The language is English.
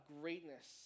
greatness